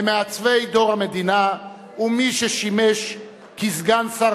ממעצבי דור המדינה ומי ששימש כסגן שר